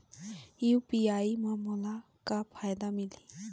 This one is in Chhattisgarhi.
यू.पी.आई म मोला का फायदा मिलही?